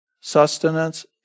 sustenance